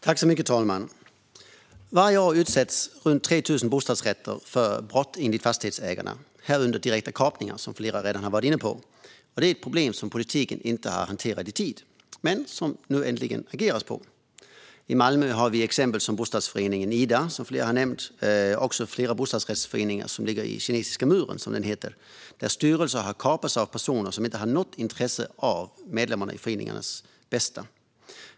Fru talman! Enligt Fastighetsägarna utsätts varje år runt 3 000 bostadsrättsföreningar för brott, bland annat direkta kapningar, vilket flera redan har varit inne på. Detta är ett problem som politiken inte har hanterat i tid men där det nu äntligen ageras. I Malmö har bostadsrättsföreningen Ida, som flera har nämnt, och flera bostadsrättsföreningar i Kinesiska muren fått sin styrelse kapad av personer som inte har något intresse för medlemmarnas bästa.